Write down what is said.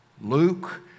Luke